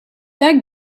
that